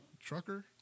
Trucker